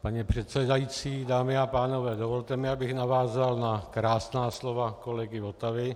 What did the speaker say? Paní předsedající, dámy a pánové, dovolte mi, abych navázal na krásná slova kolegy Votavy.